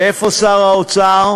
ואיפה שר האוצר?